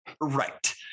Right